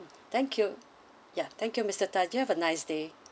thank you ya thank you mister tan you have a nice day